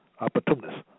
opportunists